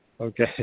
Okay